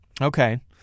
Okay